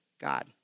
God